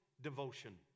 devotion